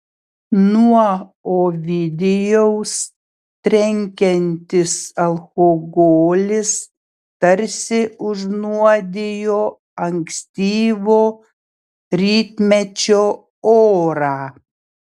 nuo ovidijaus trenkiantis alkoholis tarsi užnuodijo ankstyvo rytmečio orą